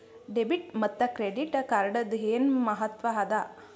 Debit ಮತ್ತ credit ಕಾರ್ಡದ್ ಏನ್ ಮಹತ್ವ ಅದ?